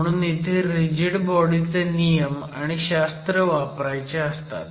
म्हणून इथे rigid body चे नियम आणि शास्त्र वापरायचे असतात